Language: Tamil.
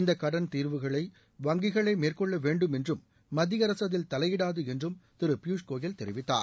இந்த கடன் தீர்வுகளை வங்கிகளே மேற்கொள்ள வேண்டும் என்றும் மத்திய அரசு அதில் தலையீடாது என்றும் திரு பியூஷ் கோயல் தெரிவித்தார்